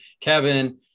Kevin